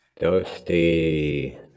Dusty